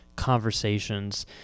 conversations